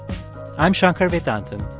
i'm shankar vedantam,